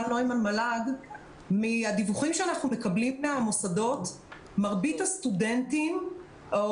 מהדיווחים שאנחנו מקבלים מהמוסדות מרבית הסטודנטים או